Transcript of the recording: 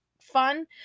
fun